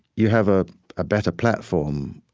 you have a ah better platform.